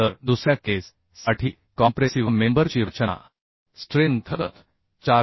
तर दुसऱ्या केस साठी कॉम्प्रेसिव्ह मेंबर ची रचना स्ट्रेंथ 410